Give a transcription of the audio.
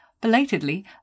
belatedly